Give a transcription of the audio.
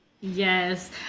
Yes